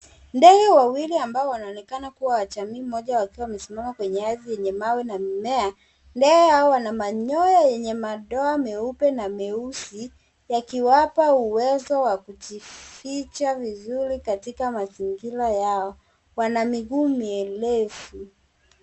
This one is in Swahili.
Ndege wawili amabo wanaonekana kuwa wa wajamii moja wakiwa wamesimama kwenye ardhi yenye mawe na mimea, ndege hawa wana manyoya yenye madao meupe na meusi yakiwapa uwezo wa kujificha vizuri katika mazngira yao, wana miguu mirefu